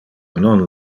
non